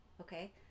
okay